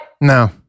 No